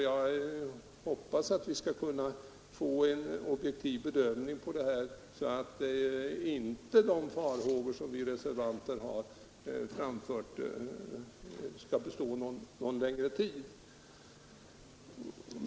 Jag hoppas att man skall göra en objektiv bedömning så att de farhågor som vi reservanter har framfört inte skall bestå någon längre tid.